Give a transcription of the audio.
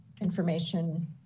information